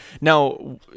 Now